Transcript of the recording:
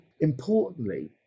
importantly